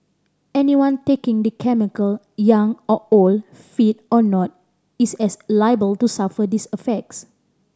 anyone taking the chemical young or old fit or not is as liable to suffer these affects